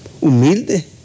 Humilde